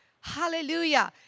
Hallelujah